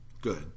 Good